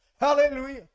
hallelujah